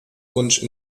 wunsch